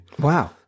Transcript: Wow